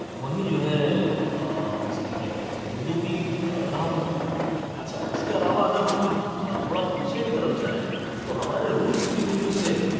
وہی جو ہے اس کی کیا کہتے ہیں اردو کی نحو ہے اچھا اس کے علاوہ اگر ہم تھوڑا پیچھے کی طرف جائیں تو ہمارے روٹس بھی بالکل سیم ہیں